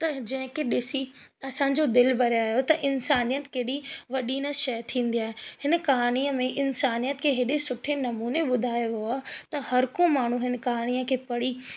त जंहिंखे ॾिसी असांजो दिलि भरे आहियो त इंसानियत कहिड़ी वॾी न शइ थींदी आहे हिन कहाणीअ में इंसानियत खे अहिड़े सुठे नमूने ॿुधायो वियो आहे त हर को माण्हू हिन कहाणीअ खे पढ़ी